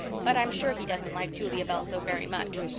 but i'm sure he doesn't like julia bell so very much.